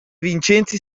vincenzi